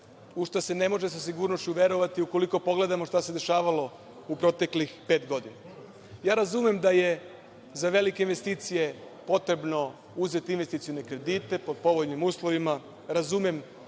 u šta se ne može sa sigurnošću verovati ukoliko pogledamo šta se dešavalo u proteklih pet godina. Ja razumem da je za velike investicije potrebno uzeti investicione kredite pod povoljnim uslovima, razumem